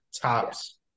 tops